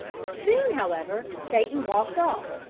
soon, however, satan walked off,